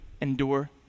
endure